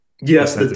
Yes